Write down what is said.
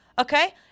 okay